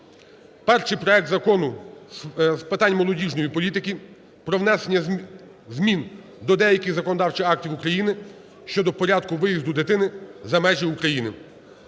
перший проект закону з питань молодіжної політики: про внесення змін до деяких законодавчих актів України щодо порядку виїзду дитини за межі України